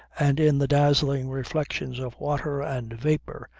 and in the dazzling reflections of water and vapour,